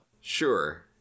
Sure